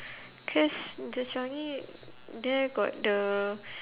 cause the changi there got the